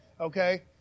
okay